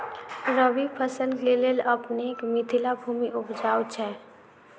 रबी फसल केँ लेल अपनेक मिथिला भूमि उपजाउ छै